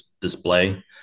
display